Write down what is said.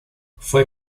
fue